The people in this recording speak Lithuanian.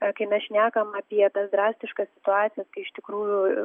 tarkime šnekam apie tas drastiškas situacijos kai iš tikrųjų